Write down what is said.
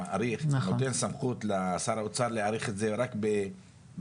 נותן סמכות לשר האוצר להאריך את זה רק בשבועיים,